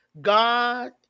God